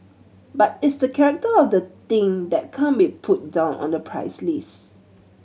but it's the character of the thing that can't be put down on the price list